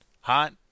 Hot